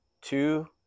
Two